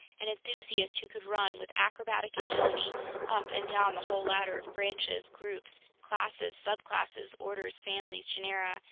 an enthusiast who could run with acrobatic agility up and down the whole ladder of branches, groups, classes, subclasses, orders, families, genera,